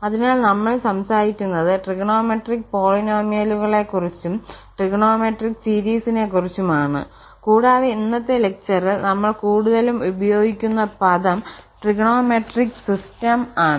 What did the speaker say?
അതിനാൽ നമ്മൾ സംസാരിക്കുന്നത് ട്രിഗണോമെട്രിക് പോളിനോമിയലുകളെക്കുറിച്ചും ട്രിഗണോമെട്രിക് സീരീസിനെക്കുറിച്ചുമാണ് കൂടാതെ ഇന്നത്തെ ലെക്ചറിൽ നമ്മൾ കൂടുതലും ഉപയോഗിക്കുന്ന പദം ട്രിഗണോമെട്രിക് സിസ്റ്റം ആണ്